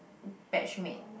batch mate